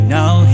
now